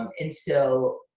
um and so,